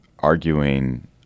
arguing